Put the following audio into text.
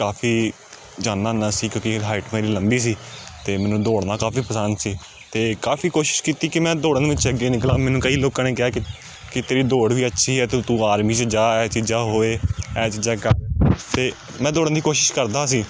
ਕਾਫੀ ਜਾਂਦਾ ਹੁੰਦਾ ਸੀ ਕਿਉਂਕਿ ਹਾਈਟ ਮੇਰੀ ਲੰਬੀ ਸੀ ਅਤੇ ਮੈਨੂੰ ਦੌੜਨਾ ਕਾਫੀ ਪਸੰਦ ਸੀ ਅਤੇ ਕਾਫੀ ਕੋਸ਼ਿਸ਼ ਕੀਤੀ ਕਿ ਮੈਂ ਦੌੜਨ ਵਿੱਚ ਅੱਗੇ ਨਿਕਲਾਂ ਮੈਨੂੰ ਕਈ ਲੋਕਾਂ ਨੇ ਕਿਹਾ ਕਿ ਕਿ ਤੇਰੀ ਦੌੜ ਵੀ ਅੱਛੀ ਹੈ ਅਤੇ ਤੂੰ ਆਰਮੀ 'ਚ ਜਾ ਇਹ ਚੀਜ਼ਾਂ ਹੋਏ ਇਹ ਚੀਜ਼ਾਂ ਕਰ ਅਤੇ ਮੈਂ ਦੌੜਨ ਦੀ ਕੋਸ਼ਿਸ਼ ਕਰਦਾ ਸੀ